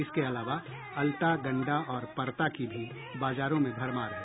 इसके अलावा अलता गंडा और परता की भी बाजारों में भरमार है